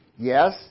Yes